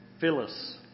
Phyllis